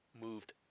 moved